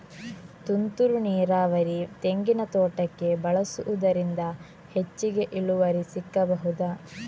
ತುಂತುರು ನೀರಾವರಿ ತೆಂಗಿನ ತೋಟಕ್ಕೆ ಬಳಸುವುದರಿಂದ ಹೆಚ್ಚಿಗೆ ಇಳುವರಿ ಸಿಕ್ಕಬಹುದ?